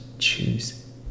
Choose